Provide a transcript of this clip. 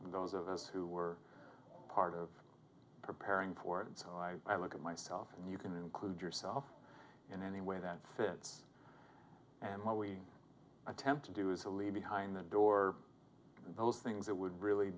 those of us who were part of preparing for it and so i i look at myself and you can include yourself in any way that fits and what we attempt to do is to leave behind that door and those things that would really